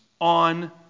On